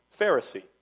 Pharisee